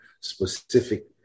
specific